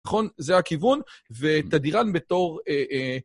נכון, זה הכיוון, ותדיראן בתור...